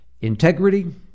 integrity